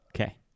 Okay